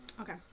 okay